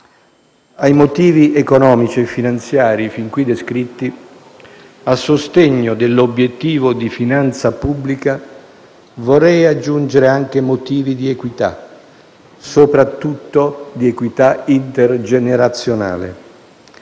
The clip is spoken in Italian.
Ai motivi economici e finanziari fin qui descritti, a sostegno dell'obiettivo di finanza pubblica, vorrei aggiungere anche motivi di equità e soprattutto di equità intergenerazionale: